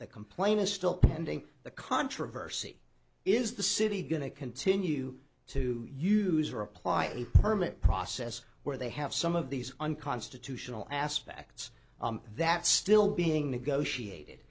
the complaint is still pending the controversy is the city going to continue to use or apply a permit process where they have some of these unconstitutional aspects that's still being negotiated